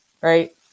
right